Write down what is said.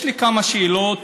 יש לי כמה שאלות,